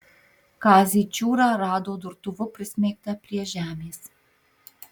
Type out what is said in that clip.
kazį čiūrą rado durtuvu prismeigtą prie žemės